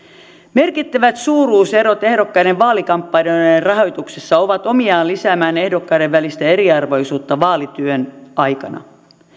merkittävät suuruuserot ehdokkaiden vaalikampanjoiden rahoituksessa ovat omiaan lisäämään ehdokkaiden välistä eriarvoisuutta vaalityön aikana